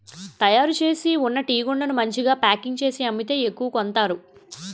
తయారుచేసి ఉన్న టీగుండను మంచిగా ప్యాకింగ్ చేసి అమ్మితే ఎక్కువ కొంతారు